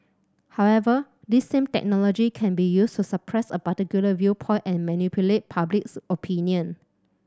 however this same technology can be used to suppress a particular viewpoint and manipulate publics opinion